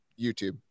youtube